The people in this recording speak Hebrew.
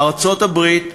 ארצות-הברית,